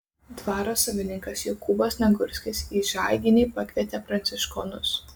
dvaro savininkas jokūbas nagurskis į žaiginį pakvietė pranciškonus